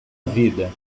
vida